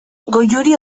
goiuri